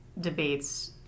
debates